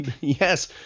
Yes